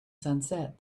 sunset